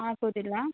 ಆಗೋದಿಲ್ಲ